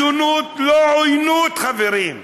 השונות היא לא עוינות, חברים.